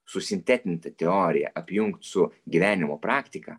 susintetinti teoriją apjungt su gyvenimo praktika